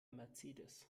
mercedes